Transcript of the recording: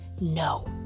No